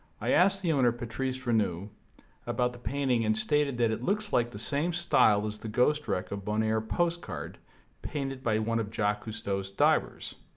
i asked the owner, patrice rannou, about the painting and stated that it looks like the same style as the ghost wreck of bonaire postcard painted by one of jacques cousteau's divers.